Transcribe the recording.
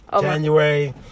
January